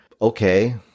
okay